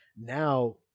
Now